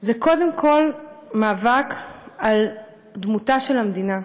הם קודם כול מאבק על דמותה של המדינה,